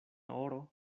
oro